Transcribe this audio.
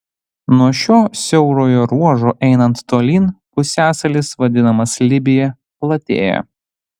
nuo šio siaurojo ruožo einant tolyn pusiasalis vadinamas libija platėja